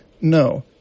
No